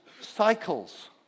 cycles